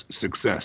success